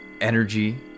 energy